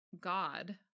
God